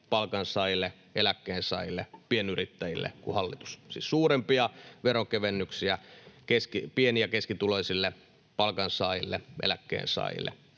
palkansaajille, eläkkeensaajille, pienyrittäjille kuin hallitus, siis suurempia veronkevennyksiä pieni- ja keskituloisille, palkansaajille, eläkkeensaajille,